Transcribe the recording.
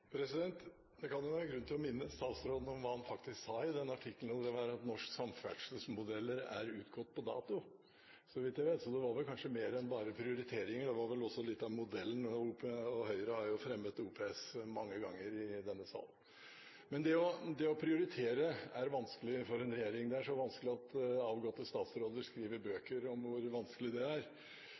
at norske samferdselsmodeller er utgått på dato. Så det var kanskje mer enn bare prioriteringer, det var vel også litt om modellen. Høyre har jo fremmet OPS mange ganger i denne sal. Det å prioritere er vanskelig for en regjering. Det er så vanskelig at avgåtte statsråder skriver bøker om hvor vanskelig det er.